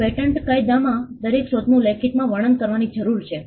પેટન્ટpatentસનદ કાયદામાં દરેક શોધનું લેખિતમાં વર્ણન કરવાની જરૂર છે